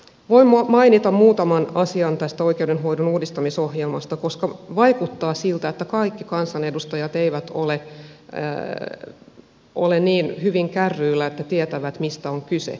voin mainita muutaman asian tästä oikeudenhoidon uudistamisohjelmasta koska vaikuttaa siltä että kaikki kansanedustajat eivät ole niin hyvin kärryillä että tietävät mistä on kyse